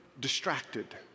Distracted